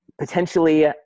Potentially